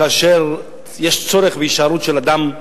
כאשר יש צורך בהישארות של אדם,